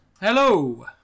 hello